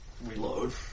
reload